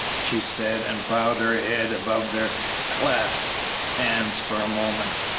she said, and bowed her head above their clasped hands for a moment.